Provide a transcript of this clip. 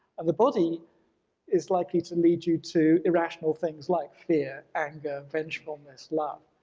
and the body is likely to lead you to irrational things like fear, anger, vengefulness, love.